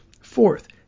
Fourth